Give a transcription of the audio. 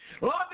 Lord